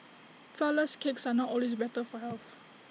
Flourless Cakes are not always better for health